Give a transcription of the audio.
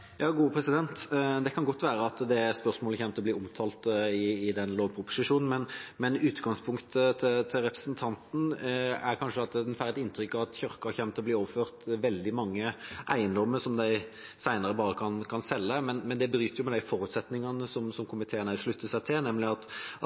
Det kan godt være at det spørsmålet kommer til å bli omtalt i den lovproposisjonen, men utgangspunktet til representanten er kanskje at en får et inntrykk av at Kirken kommer til å bli overført veldig mange eiendommer som man senere bare kan selge. Men det bryter med de forutsetningene